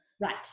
Right